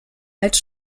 als